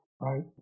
Right